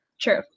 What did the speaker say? True